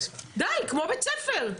די, כמו בית ספר.